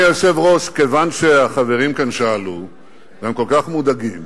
עם כל הכבוד לעוצמת קולך,